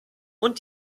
und